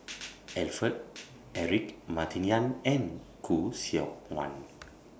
Alfred Eric Martin Yan and Khoo Seok Wan